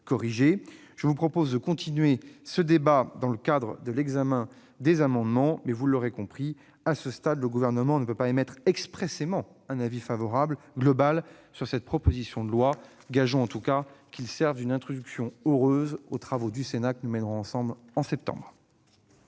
Je vous propose de continuer ce débat dans le cadre de l'examen des amendements, mais, vous l'aurez compris, à ce stade, le Gouvernement ne peut pas émettre expressément un avis favorable global sur cette proposition de loi. Gageons en tout cas qu'elle fera office d'introduction heureuse aux travaux que nous mènerons ensemble en septembre